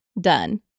done